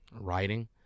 writing